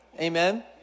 Amen